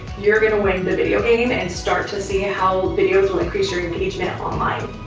you're gonna win the video game and start to see how videos will increase your engagement online.